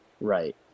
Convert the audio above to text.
right